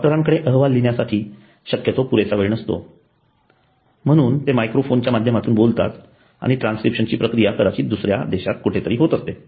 डॉक्टरांकडे अहवाल लिहिण्यासाठी शक्यतो पुरेसा वेळ नसतो म्हणून ते मायक्रोफोनच्या माध्यमातून बोलतात आणि ट्रान्सक्रिप्शनची प्रक्रिया कदाचित दुसऱ्या देशात कुठेतरी होत असते